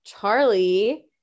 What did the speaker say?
Charlie